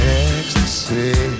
ecstasy